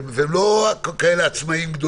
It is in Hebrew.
והם לא כאלה עצמאיים.